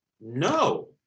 No